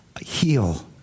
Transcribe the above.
heal